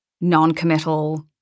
non-committal